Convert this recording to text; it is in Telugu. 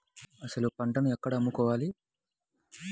అసలు పంటను ఎక్కడ అమ్ముకోవాలి?